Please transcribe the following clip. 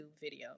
video